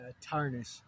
tarnish